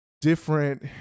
different